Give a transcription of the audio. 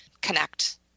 connect